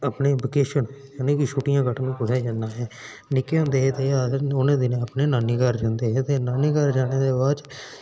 अपनी विकेशन यानी छुट्टियां कट्टन कुत्थै जन्नां ऐ निक्के होंदे हे तां उ'नेंं दिनें अस अपने नानीघर जंदे हे तां नानीघर जाने दे बाद